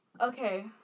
Okay